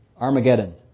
Armageddon